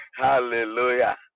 Hallelujah